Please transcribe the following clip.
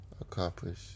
accomplish